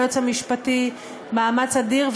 היועץ המשפטי מאמץ אדיר,